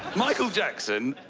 michael jackson